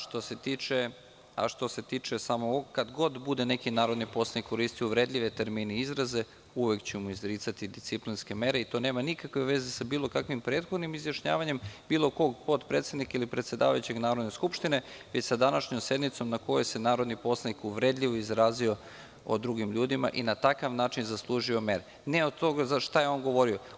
Što se tiče samo ovog, kad god bude neki narodni poslanik koristio uvredljive termine i izraze, uvek ću mu izricati disciplinske mere i to nema nikakve veze sa bilo kakvim prethodnim izjašnjavanjem bilo kog potpredsednika ili predsedavajućeg Narodne skupštine, već sa današnjom sednicom na kojoj se narodni poslanik uvredljivo izrazio o drugim ljudima i na takav način zaslužio mere, ne od toga za šta je on govorio.